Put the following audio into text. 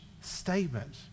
statement